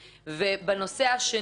בנושא השני,